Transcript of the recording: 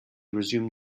resumed